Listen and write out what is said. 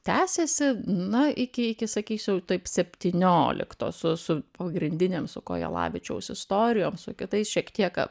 tęsiasi na iki iki sakysiu taip septynioliktosios pagrindinėms su kojelavičiaus istorijoms su kitais šiek tiek